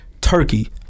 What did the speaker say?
turkey